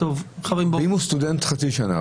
אם הוא סטודנט חצי שנה,